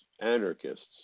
anarchists